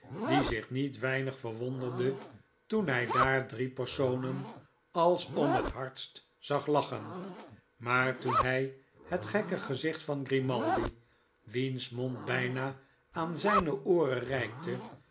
die zich niet weinig verwonderde toen hij daar drie personen als om het hardst zag lachen maar toen hij het gekke gezicht van grimaldi wiens mond byna aan zijne ooren reikte